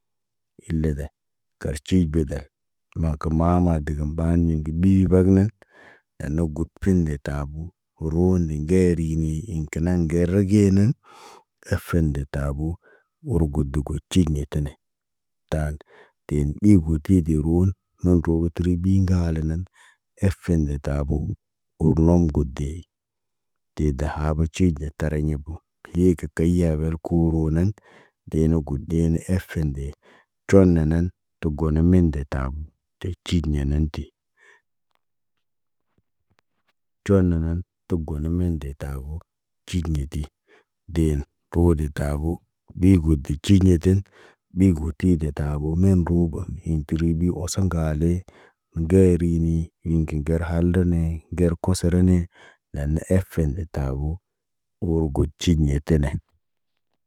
Ile ze, kaʃ cii be zə. Maakə maama de gim ɓaani kə ɓii vag nen. An na got pinde tabuu, roondi ŋgeeri ni iŋg tenaŋg ŋgeri gə nən, afen de tabu, wor god de got ciŋg ye tene. Taan, teen ɓi goti de roon, nən rogə təri ɓi ŋgale nen, efen de teboo urnom got de. De dahab cii ɟetariɲa pu, hiye kə keya bel kurunaŋg, dee na gud de ne efe de. Con ne nen, tə go nənen de tabo, de ciɟ yenen de. Con nənən, tə got men de tabo. Ciɟ ɲedi, deen, roo, de tabo, ɗii got gə ciɟ ɲeten migo tide tabo mem rooba iŋg təribi oso ŋgale. Ŋgeeri nii, hiŋge gar haldine, ger kosorone, lane efen de tabu. Gol got cid ɲetene.